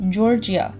Georgia